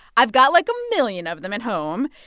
i've got, like, a million of them at home.